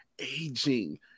aging